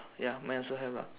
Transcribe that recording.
ya mine also have lah